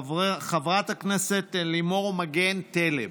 חברת הכנסת לימור מגן תלם,